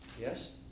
yes